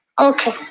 Okay